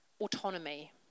autonomy